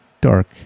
dark